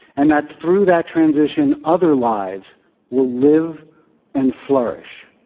and that through that transition, other lives will live and flourish.